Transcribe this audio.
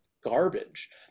garbage